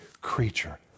creature